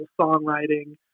songwriting